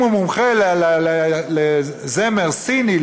אם הוא מומחה לזמר סיני,